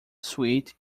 sweet